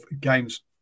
games